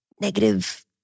negative